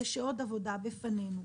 ויש עוד עבודה בפנינו.